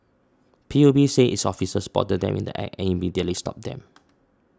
P U B said its officers spotted them in the Act and immediately stopped them